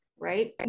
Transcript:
Right